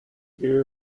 dear